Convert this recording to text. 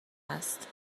است